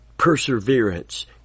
perseverance